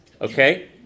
Okay